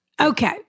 Okay